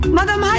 Madam